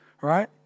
right